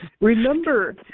Remember